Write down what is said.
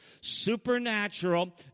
supernatural